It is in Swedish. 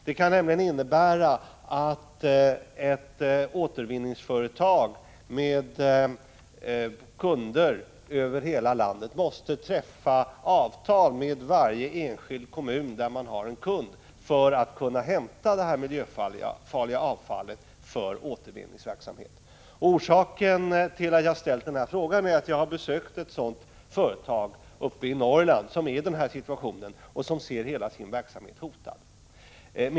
Det kan nämligen innebära att ett återvinningsföretag med kunder över hela landet måste träffa avtal med varje enskild kommun där man har en kund för att kunna hämta det miljöfarliga avfallet för återvinningsverksamhet. Orsaken till att jag ställt frågan är att jag besökt ett företag i Norrland som befinner sig i den här situationen och som ser hela sin verksamhet hotad.